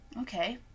Okay